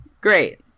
Great